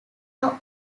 are